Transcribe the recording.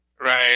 right